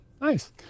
Nice